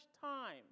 time